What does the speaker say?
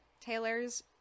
Taylor's